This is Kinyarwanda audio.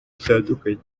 bitandukanye